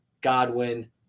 Godwin